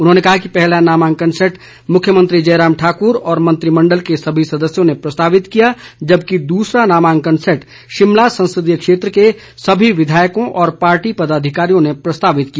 उन्होंने कहा कि पहला नामांकन सैट मुख्यमंत्री जयराम ठाकुर और मंत्रिमंडल के सभी सदस्यों ने प्रस्तावित किया जबकि दूसरा नामांकन सैट शिमला संसदीय क्षेत्र के सभी विधायकों व पार्टी पदाधिकारियों ने प्रस्तावित किया